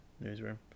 Newsroom